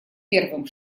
первым